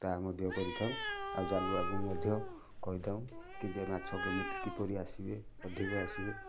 ତା ମଧ୍ୟ କରିଥାଉ ଆଉ ଜାଲୁଆକୁ ମଧ୍ୟ କହିଥାଉ କେଜାଏ ମାଛ କେମିତି କିପରି ଆସିବେ ଅଧିକ ଆସିବେ